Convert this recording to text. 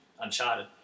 Uncharted